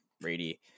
Brady